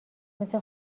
مثل